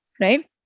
right